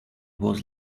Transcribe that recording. was